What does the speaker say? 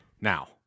now